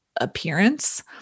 appearance